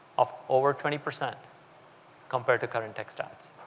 of over twenty percent compared to current text ads.